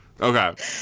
Okay